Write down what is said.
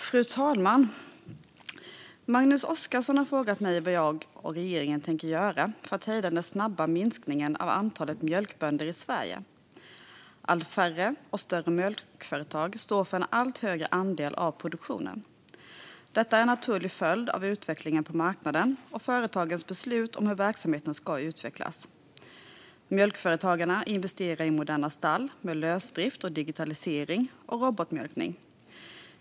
Fru talman! Magnus Oscarsson har frågat mig vad jag och regeringen tänker göra för att hejda den snabba minskningen av antalet mjölkbönder i Sverige. Allt färre och allt större mjölkföretag står för en allt högre andel av produktionen. Detta är en naturlig följd av utvecklingen på marknaden och företagarnas beslut om hur verksamheten ska utvecklas. Mjölkföretagarna investerar i moderna stall med lösdrift, digitalisering och robotmjölkning.